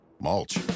mulch